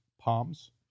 Palms